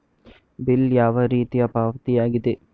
Bill ಯಾವ ರೀತಿಯ ಪಾವತಿಯಾಗಿದೆ?